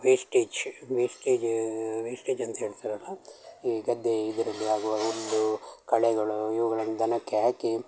wastage wastage wastage ಅಂತ ಹೇಳ್ತಾರಲ್ಲ ಈ ಗದ್ದೆ ಇದರಲ್ಲಿ ಆಗುವ ಹುಲ್ಲು ಕಳೆಗಳು ಇವುಗಳನ್ನು ದನಕ್ಕೆ ಹಾಕಿ